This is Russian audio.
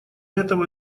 этого